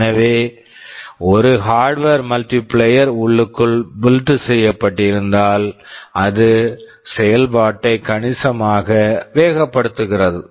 எனவே ஒரு hardware hardware multiplier multiplier உள்ளுக்குள் புய்ல்ட் built செய்யப்பட்டிருந்தால் அது செயல்பாட்டை கணிசமாக வேகப்படுத்துகிறது